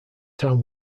town